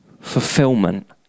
fulfillment